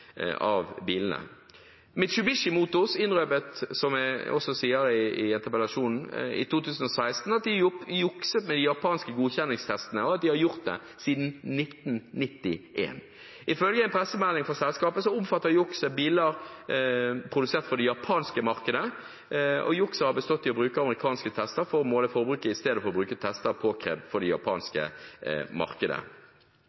bilene. Mitsubishi Motors innrømmet, som jeg også sier i interpellasjonen, i 2016 at de jukset med de japanske godkjenningstestene, og at de har gjort det siden 1991. Ifølge en pressemelding fra selskapet omfatter jukset biler produsert for det japanske markedet, og jukset har bestått i å bruke amerikanske tester til å måle forbruket i stedet for å bruke tester påkrevd for det japanske markedet. Suzuki har innrømmet misforhold mellom drivstofforbruk og utslippstester for